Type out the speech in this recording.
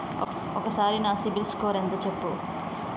ఒక్కసారి నా CIBIL score ఎంత చెప్పు?